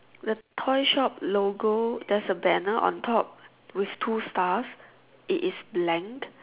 the toy shop logo there's a banner on top with two stars it is blank